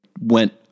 went